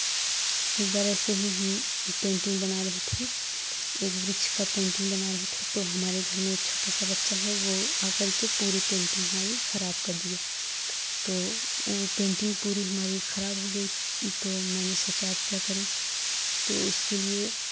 एक बार ऐसे ही हम पेंटिंग बना रहे थे एक ब्रिज का पेंटिंग बना रहे थे तो हमारे घर में एक छोटा सा बच्चा है वह आकर के पूरी पेंटिंग हमारी खराब कर दिया तो वह पेंटिंग पूरी हमारी खराब हो गई तो मैंने सोचा अब क्या करें तो उसके लिए